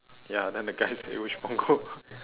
ya then the guy say which punggol